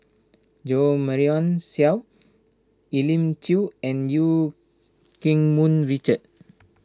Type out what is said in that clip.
Jo Marion Seow Elim Chew and Eu Keng Mun Richard